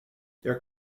there